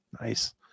Nice